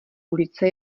ulice